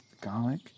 garlic